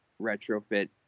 retrofit